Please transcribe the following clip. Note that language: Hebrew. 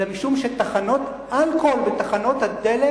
אלא משום שתחנות אלכוהול בתחנות הדלק